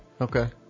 Okay